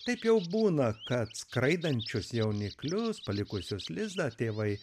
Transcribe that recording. taip jau būna kad skraidančius jauniklius palikusius lizdą tėvai